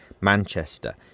Manchester